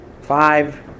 five